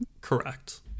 Correct